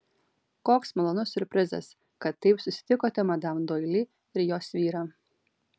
koks malonus siurprizas kad taip susitikote madam doili ir jos vyrą